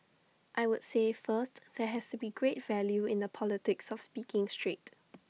I would say first there has to be great value in the politics of speaking straight